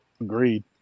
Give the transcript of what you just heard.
Agreed